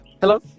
Hello